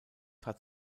hat